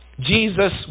Jesus